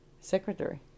secretary